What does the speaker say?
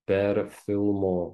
per filmo